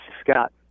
scott